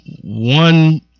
one